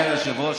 אדוני היושב-ראש,